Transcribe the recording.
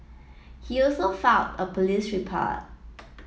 he also filed a police report